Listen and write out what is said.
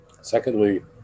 Secondly